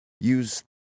use